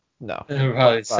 no